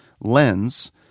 lens